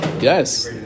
Yes